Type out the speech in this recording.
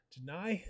Deny